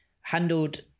handled